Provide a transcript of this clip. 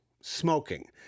Smoking